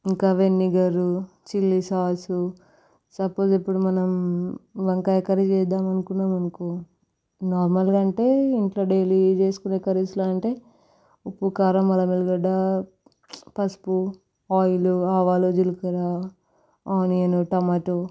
ఇంకా vinegar chilli sauce suppose ఇప్పుడు మనం వంకాయ కర్రీ చేద్దాం అనుకున్నామనుకో నార్మల్గా అంటే ఇంట్లో డైలీ చేసుకునే కర్రీస్లా అంటే ఉప్పు కారం అల్లం వెల్లుల్లి గడ్డ పసుపు ఆయిల్ ఆవాలు జీలకర్ర ఆనియన్ టమాటో